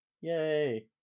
Yay